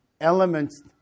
elements